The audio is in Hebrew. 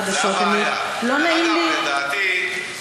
דרך אגב, זה